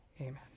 Amen